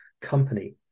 company